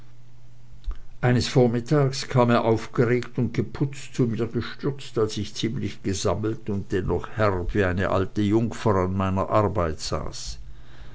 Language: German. eines vormittags kam er aufgeregt und geputzt zu mir gestürzt als ich ziemlich gesammelt und dennoch herb wie eine alte jungfer an meiner arbeit saß